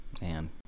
Man